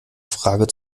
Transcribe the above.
frage